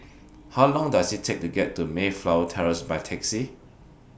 How Long Does IT Take to get to Mayflower Terrace By Taxi